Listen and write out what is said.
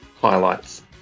highlights